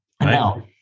Now